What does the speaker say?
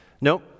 Nope